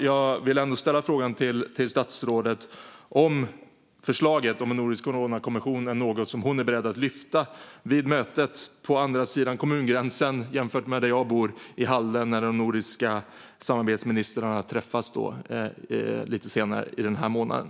Jag vill fråga statsrådet om förslaget om en nordisk coronakommission är något som hon är beredd att ta upp vid mötet i Halden, på andra sidan kommungränsen från där jag bor, när de nordiska samarbetsministrarna träffas lite senare den här månaden.